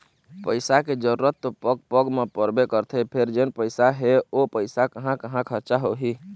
पइसा के जरूरत तो पग पग म परबे करथे फेर जेन पइसा हे ओ पइसा कहाँ कहाँ खरचा होही